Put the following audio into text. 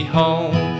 home